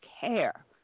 care